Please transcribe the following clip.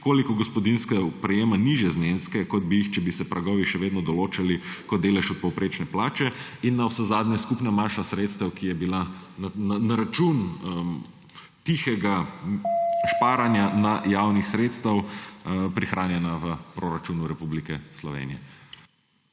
Koliko gospodinjstev prejema nižje zneske, kot bi jih, če bi se pragovi še vedno določali kot delež od povprečne plače? Koliko je skupna vsota sredstev, ki je bila na račun tihega šparanja javnih sredstev prihranjena v proračunu Republike Slovenije?